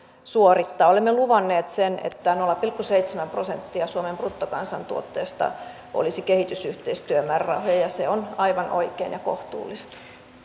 suorittaa olemme luvanneet sen että nolla pilkku seitsemän prosenttia suomen bruttokansantuotteesta olisi kehitysyhteistyömäärärahoja ja ja se on aivan oikein ja kohtuullista